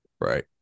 Right